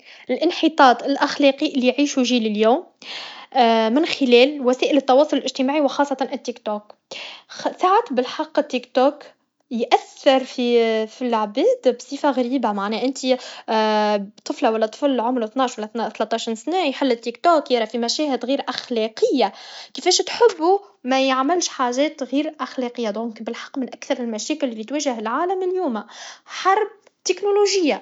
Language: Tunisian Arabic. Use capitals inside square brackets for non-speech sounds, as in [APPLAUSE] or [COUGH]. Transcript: الانحطاط الأخلاقي لي يعيشو جيلي اليوم [HESITATION] من خلال وسائل التواصل الاجتماعي و خاصة التيكتوك خساعات بالحق التيكتوك ياثر في في لعباد بصفه غريبه معناه انتي طفله و لا طفل عمرو ثناش و لا ثلطاش سنه يرى في مشاهد غير اخلاقيه كفاش تحبو ميعملش حاجات غير اخلاقيه دونك بالحق من اكثر المشاكل لي تواجه العالم اليوم حرب تكنولوجيه